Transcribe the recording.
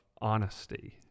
honesty